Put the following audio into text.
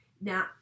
Now